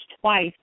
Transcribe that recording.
twice